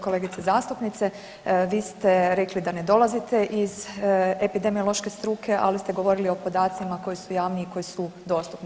Kolegice zastupnice vi ste rekli da ne dolazite iz epidemiološke struke, ali ste govorili o podacima koji su javni i koji su dostupni.